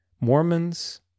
Mormons